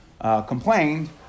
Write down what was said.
complained